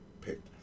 picked